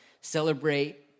celebrate